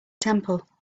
temple